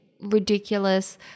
ridiculous